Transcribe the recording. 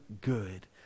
good